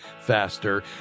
faster